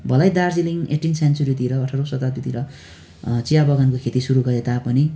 भलै दार्जिलिङ एट्टिन सेन्सुरीतिर अठाह्रौँ शताब्दीतिर चिया बगानको खेती सुरु गरे तापनि